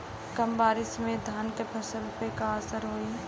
कम बारिश में धान के फसल पे का असर होई?